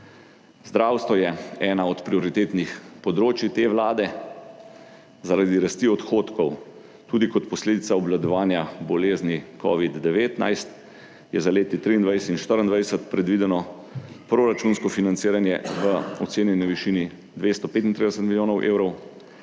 Zdravstvo je ena od prioritetnih področij te Vlade. Zaradi rasti odhodkov tudi kot posledica obvladovanja bolezni covid-19 je za leti 23 in 24 predvideno proračunsko financiranje v ocenjeni višini 235 milijonov evrov,